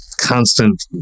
constant